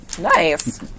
Nice